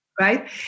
right